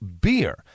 beer